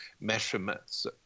measurements